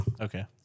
Okay